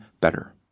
better